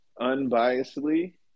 unbiasedly